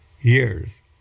years